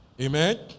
Amen